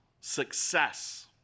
success